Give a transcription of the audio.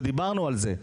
ודיברנו על זה.